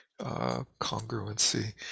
congruency